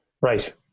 Right